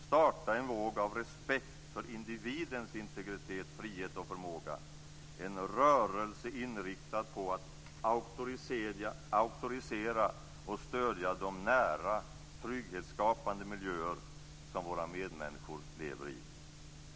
Starta en våg av respekt för individens integritet, frihet och förmåga, en rörelse inriktad på att auktorisera och stödja de nära trygghetsskapande miljöer som våra medmänniskor lever i!